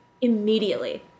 Immediately